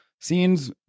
scenes